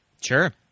Sure